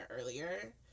earlier